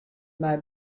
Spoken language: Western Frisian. mei